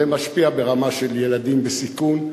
זה משפיע ברמה של ילדים בסיכון,